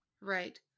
right